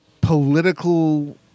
political